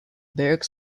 barracks